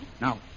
Now